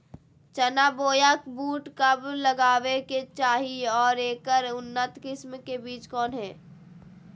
चना बोया बुट कब लगावे के चाही और ऐकर उन्नत किस्म के बिज कौन है?